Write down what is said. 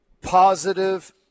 positive